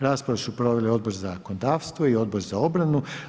Raspravu su proveli Odbor za zakonodavstvo i Odbor za obranu.